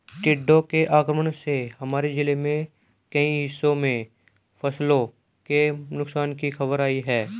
टिड्डों के आक्रमण से हमारे जिले के कई हिस्सों में फसलों के नुकसान की खबर आई है